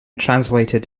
translated